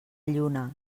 lluna